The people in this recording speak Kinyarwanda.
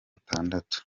atandatu